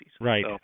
Right